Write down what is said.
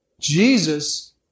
Jesus